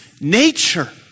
nature